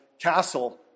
castle